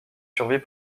survit